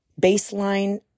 baseline